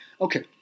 Okay